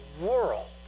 world